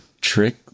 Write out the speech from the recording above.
trick